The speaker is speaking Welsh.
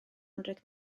anrheg